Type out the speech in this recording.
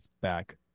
back